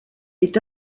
est